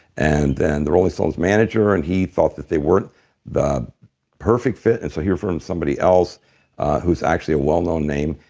and then the rolling stones' manager and he thought that they weren't the perfect fit and so he referred him to somebody else who was actually a well-known name,